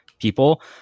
people